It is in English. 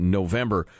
november